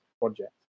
project